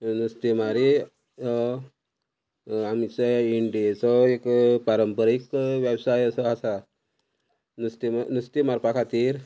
नुस्तें मारी आमचे इंडियेचो एक पारंपारीक वेवसाय असो आसा नुस्ते नुस्तें मारपा खातीर